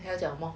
要讲什么